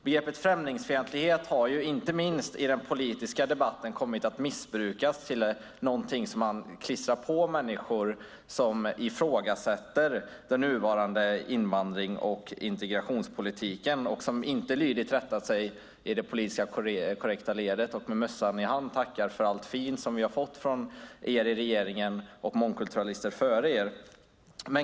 Begreppet "främlingsfientlighet" har inte minst i den politiska debatten kommit att missbrukas som något man klistrar på människor som ifrågasätter den nuvarande invandrings och integrationspolitiken och som inte lydigt rättar in sig i det politiskt korrekta ledet och med mössan i hand tackar för allt fint vi har fått från er i regeringen och mångkulturalister före er.